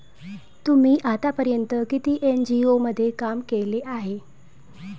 तुम्ही आतापर्यंत किती एन.जी.ओ मध्ये काम केले आहे?